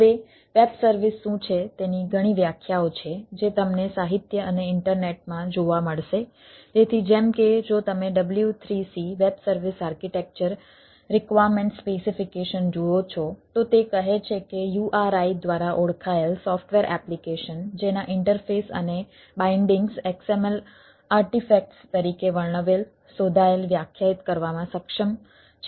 હવે web service શું છે તેની ઘણી વ્યાખ્યાઓ છે જે તમને સાહિત્ય અને ઇન્ટરનેટ તરીકે વર્ણવેલ શોધાયેલ વ્યાખ્યાયિત કરવામાં સક્ષમ છે